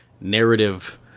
narrative